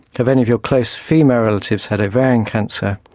have any of your close female relatives had ovarian cancer?